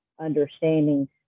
understanding